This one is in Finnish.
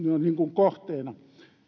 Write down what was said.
kohteena